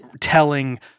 telling